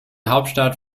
hauptstadt